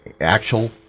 actual